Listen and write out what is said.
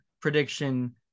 prediction